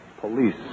police